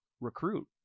recruit